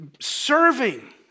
serving